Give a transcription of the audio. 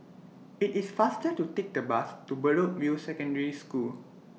IT IS faster to Take The Bus to Bedok View Secondary School